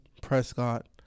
Prescott